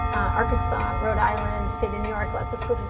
arkansas, rhode island, state of new york, lots of school